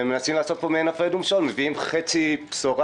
מנסים לעשות פה מעין הפרד ומשול מביאים חצי בשורה,